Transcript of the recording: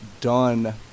done